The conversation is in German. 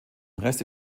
reste